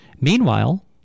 Meanwhile